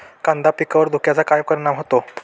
कांदा पिकावर धुक्याचा काय परिणाम होतो?